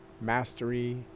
mastery